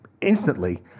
instantly